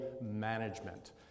Management